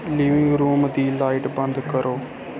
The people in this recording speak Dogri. लिविंग रूम दी लाइट बंद करो